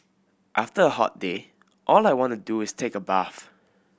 after a hot day all I want to do is take a bath